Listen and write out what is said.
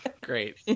Great